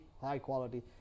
high-quality